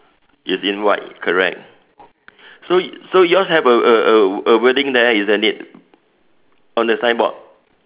is in white correct so you so yours have a a a a wedding there isn't it on the signboard